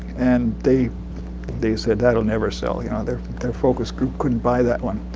and they they said that will never sell you know their their focus group couldn't buy that one.